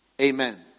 Amen